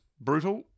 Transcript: brutal